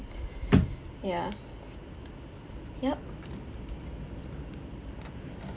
ya yup